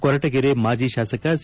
ಕೊರಟಿಗೆರೆ ಮಾಜಿ ಶಾಸಕ ಸಿ